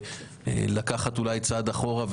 לקחת אולי צעד אחורה,